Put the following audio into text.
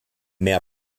mehr